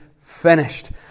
finished